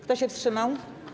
Kto się wstrzymał?